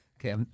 Okay